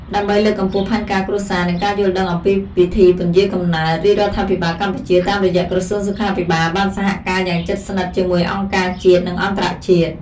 ដើម្បីលើកកម្ពស់ផែនការគ្រួសារ និងការយល់ដឹងអំពីវិធីពន្យារកំណើត រាជរដ្ឋាភិបាលកម្ពុជាតាមរយៈក្រសួងសុខាភិបាលបានសហការយ៉ាងជិតស្និទ្ធជាមួយអង្គការជាតិ និងអន្តរជាតិ។